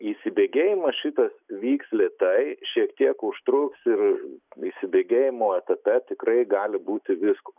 įsibėgėjimas šitas vyks lėtai šiek tiek užtruks ir įsibėgėjimo etape tikrai gali būti visko